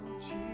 jesus